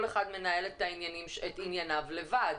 כל אחד מנהל את ענייניו לבד.